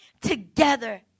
together